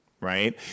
right